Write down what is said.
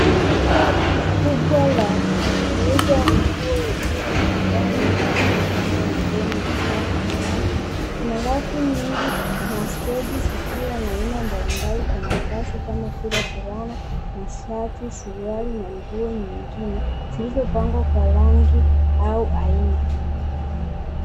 Duka kubwa la kuuza nguo ikiwa na bidhaa nyingi zilizopangwa vizuri na taa angavu. Kuna rafu nyingi na stedi zikiwa na aina mbalimbali za mavazi kama vile fulana, mashati, suruali na nguo nyingine zilizopangwa kwa rangi au aina.